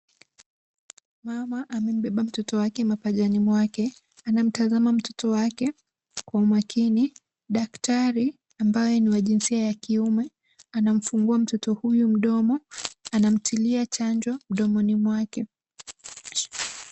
Mama amembeba mtoto wake mapajani mwake. Anamtazama mtoto wake kwa umakini. Daktari ambaye ni wa jinsia ya kiume anamfungua mtoto huyu mdomo, anamtilia chanjo mdomoni mwake.